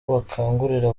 bakangurira